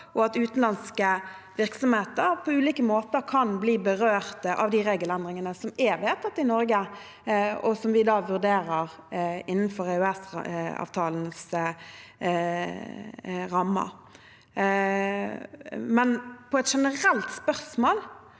og at utenlandske virksomheter på ulike måter kan bli berørt av de regelendringene som er vedtatt i Norge, og som vi i dag vurderer innenfor EØS-avtalens rammer. På et generelt spørsmål